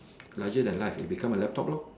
larger than life it become a laptop lor